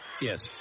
Yes